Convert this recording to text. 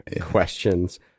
questions